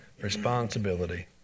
Responsibility